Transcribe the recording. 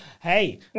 Hey